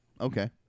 okay